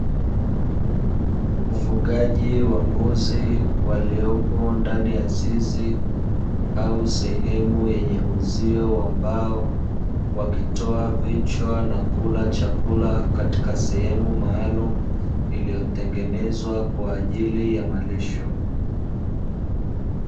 Ufugaji wa mbuzi waliopo ndani ya zizi, au sehemu yenye uzio wa mbao, wakitoa vichwa na kula chakula katika sehemu maalumu, iliyotengenezwa kwa ajili ya malisho.